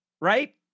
right